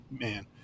man